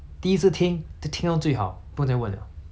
如果 for example 是我啦 for example 是我 okay